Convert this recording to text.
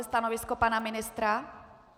Stanovisko pana ministra?